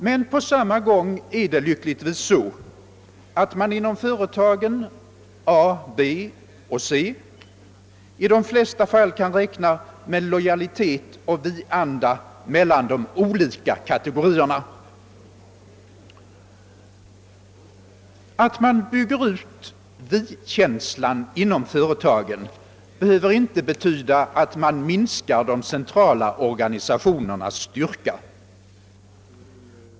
Men på samma gång är det lyckligtvis så, att man inom företagen A, B och C i de flesta fall kan räkna med lojalitet och vi-anda mellan de olika kategorierna. Att man bygger ut vi-känslan inom företagen behöver inte betyda att man minskar de centrala organisationernas styrka.